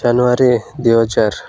ଜାନୁଆରୀ ଦୁଇହଜାର